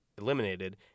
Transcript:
eliminated